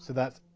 so that's